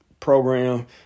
program